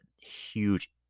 huge